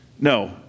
No